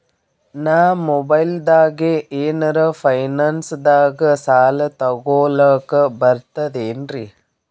ನಾ ಮೊಬೈಲ್ದಾಗೆ ಏನರ ಫೈನಾನ್ಸದಾಗ ಸಾಲ ತೊಗೊಲಕ ಬರ್ತದೇನ್ರಿ?